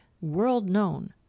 world-known